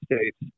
States